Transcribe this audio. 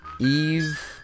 Eve